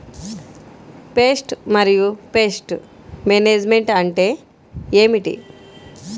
Pest మరియు pest management అంటే ఏమిటి?